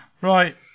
Right